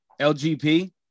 LGP